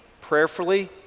prayerfully